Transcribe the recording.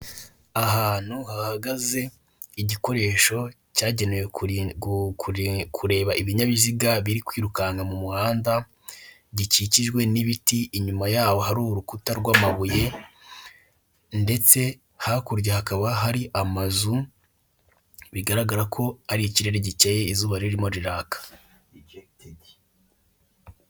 Ahantu hahagaze igikoresho cyagenewe kureba ibinyabiziga biri kwirukanka mu muhanda gikikjwe n'ibiti. Inyuma yaho hari urukuta rw'amabuye ndetse hakurya hakaba hari amazu bigaragara ko ari ikirere gikeye izuba ririmo riraka.